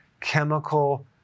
chemical